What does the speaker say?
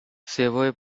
savoy